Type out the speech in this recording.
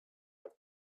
have